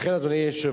לכן, אדוני היושב-ראש,